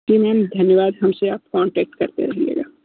जी मैं धन्यवाद हम से कॉन्टैक्ट करते रहिएगा